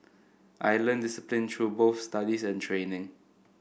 I learnt discipline through both studies and training